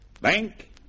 bank